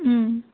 మ్మ్